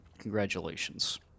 Congratulations